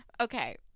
okay